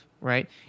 right